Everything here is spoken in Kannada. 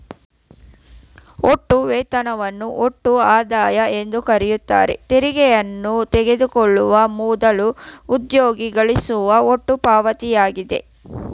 ಒಟ್ಟು ವೇತನವನ್ನು ಒಟ್ಟು ಆದಾಯ ಎಂದುಕರೆಯುತ್ತಾರೆ ತೆರಿಗೆಗಳನ್ನು ತೆಗೆದುಕೊಳ್ಳುವ ಮೊದಲು ಉದ್ಯೋಗಿ ಗಳಿಸುವ ಒಟ್ಟು ಪಾವತಿಯಾಗಿದೆ